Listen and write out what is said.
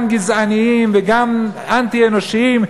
גם גזעניים וגם אנטי-אנושיים,